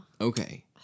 Okay